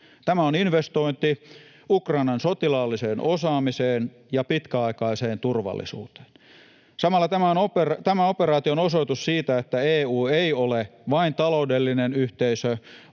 Tämä on investointi Ukrainan sotilaalliseen osaamiseen ja pitkäaikaiseen turvallisuuteen. Samalla tämä operaatio on osoitus siitä, että EU ei ole vain taloudellinen yhteisö,